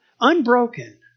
unbroken